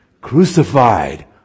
Crucified